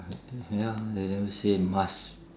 ya they never say must